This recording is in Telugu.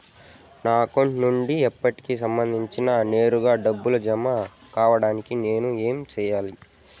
నా అకౌంట్ నుండి అప్పుకి సంబంధించి నేరుగా డబ్బులు జామ కావడానికి నేను ఏమి సెయ్యాలి?